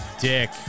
dick